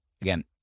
Again